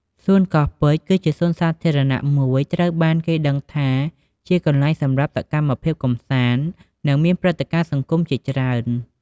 សួនកោះពេជ្រ គឺជាសួនច្បារសាធារណៈមួយត្រូវបានគេដឹងថាជាកន្លែងសម្រាប់សកម្មភាពកម្សាន្ត និង មានព្រឹត្តិការណ៍សង្គមជាច្រើន។